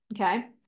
okay